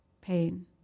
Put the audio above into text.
pain